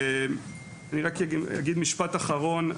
אגיד משפט אחרון.